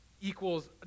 equals